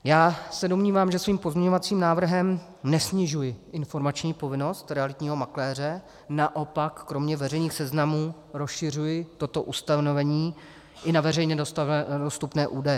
Já se domnívám, že svým pozměňovacím návrhem nesnižuji informační povinnost realitního makléře, naopak, kromě veřejných seznamů rozšiřuji toto ustanovení i na veřejně dostupné údaje.